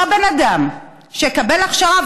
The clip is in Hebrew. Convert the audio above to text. אותו בן אדם שיקבל הכשרה,